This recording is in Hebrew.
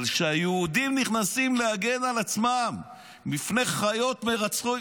אבל כשהיהודים נכנסים להגן על עצמם מפני חיות מרצחות,